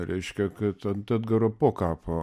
reiškia kad ant edgaro po kapo